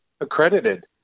accredited